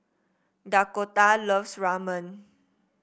Dakotah loves Ramen